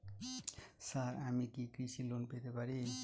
Sir আমি কি কৃষি লোন পেতে পারি?